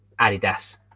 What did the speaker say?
adidas